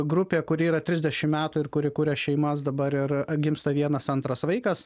grupė kuri yra trisdešimt metų ir kuri kuria šeimas dabar ir gimsta vienas antras vaikas